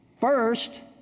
First